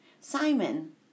Simon